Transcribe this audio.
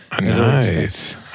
Nice